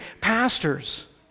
pastors